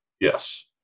Yes